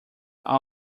are